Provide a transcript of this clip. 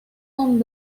con